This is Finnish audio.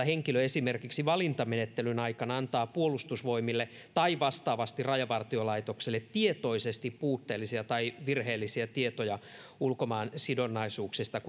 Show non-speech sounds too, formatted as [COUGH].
[UNINTELLIGIBLE] henkilö esimerkiksi valintamenettelyn aikana antaa puolustusvoimille tai vastaavasti rajavartiolaitokselle tietoisesti puutteellisia tai virheellisiä tietoja ulkomaansidonnaisuuksistaan [UNINTELLIGIBLE]